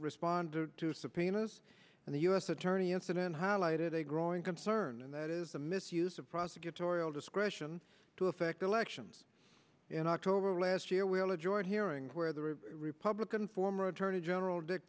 respond to subpoenas and the u s attorney incident highlighted a growing concern and that is the misuse of prosecutorial discretion to affect elections in october last year we all enjoyed hearing where the republican former attorney general dick